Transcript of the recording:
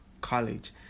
college